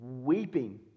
weeping